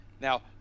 Now